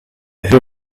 who